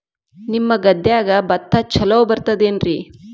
ನಿಮ್ಮ ಗದ್ಯಾಗ ಭತ್ತ ಛಲೋ ಬರ್ತೇತೇನ್ರಿ?